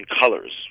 colors